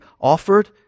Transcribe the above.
offered